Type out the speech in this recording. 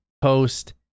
post